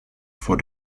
vor